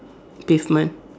pavement